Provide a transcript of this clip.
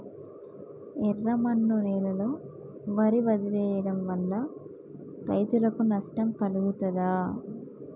ఎర్రమన్ను నేలలో వరి వదిలివేయడం వల్ల రైతులకు నష్టం కలుగుతదా?